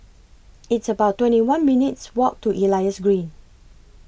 It's about twenty one minutes' Walk to Elias Green